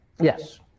Yes